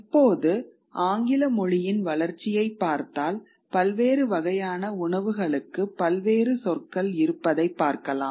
இப்போது ஆங்கில மொழியின் வளர்ச்சியைப் பார்த்தால் பல்வேறு வகையான உணவுகளுக்கு பல்வேறு சொற்கள் இருப்பதைப் பார்க்கலாம்